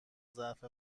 ظرف